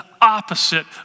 opposite